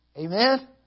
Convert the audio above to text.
Amen